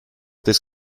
this